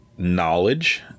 knowledge